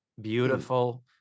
beautiful